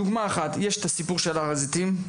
יש את הנושא של הר הזיתים,